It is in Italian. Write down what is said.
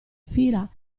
fila